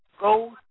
Go